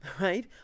right